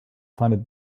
funded